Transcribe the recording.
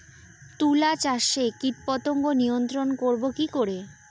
তুলা চাষে কীটপতঙ্গ নিয়ন্ত্রণর করব কি করে?